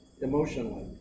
Emotionally